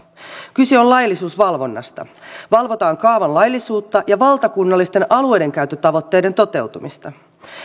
kyse on laillisuusvalvonnasta valvotaan kaavan laillisuutta ja valtakunnallisten alueidenkäyttötavoitteiden toteutumista